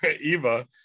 Eva